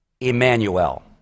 Emmanuel